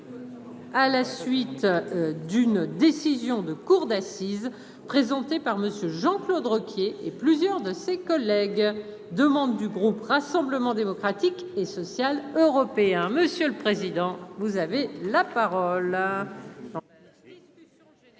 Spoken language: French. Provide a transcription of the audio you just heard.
à la suite d'une décision de cour d'assises, présenté par monsieur Jean-Claude Requier et plusieurs de ses collègues demande du groupe Rassemblement démocratique et social européen. Hein, monsieur le président, vous avez la parole.